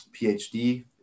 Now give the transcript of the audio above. PhD